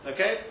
Okay